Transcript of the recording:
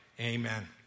Amen